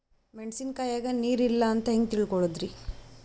ಮೆಣಸಿನಕಾಯಗ ನೀರ್ ಇಲ್ಲ ಅಂತ ಹೆಂಗ್ ತಿಳಕೋಳದರಿ?